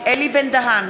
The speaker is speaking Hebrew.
אלי בן-דהן,